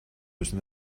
müssen